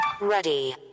Ready